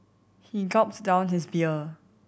he gulps down his beer